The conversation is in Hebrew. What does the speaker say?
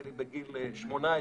נדמה לי בגיל 18,